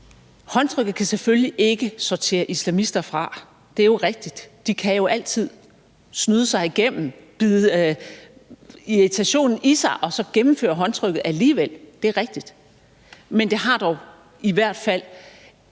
Håndtrykket kan selvfølgelig ikke sortere islamister fra. Det er jo rigtig. De kan altid snyde sig igennem, bide irritationen i sig og så gennemføre håndtrykket alligevel. Det er rigtigt. Men det har dog i hvert fald